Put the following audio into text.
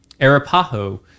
Arapaho